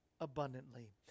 abundantly